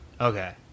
okay